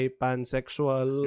pansexual